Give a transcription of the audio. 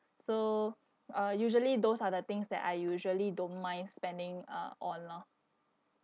so uh usually those are the things that I usually don't mind spending uh on lah